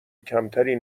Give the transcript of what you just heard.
کمتری